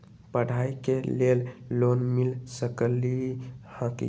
पढाई के लेल लोन मिल सकलई ह की?